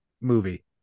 movie